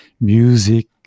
music